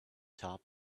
top